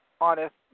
honest